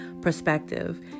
perspective